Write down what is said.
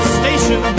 station